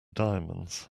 diamonds